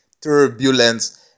turbulence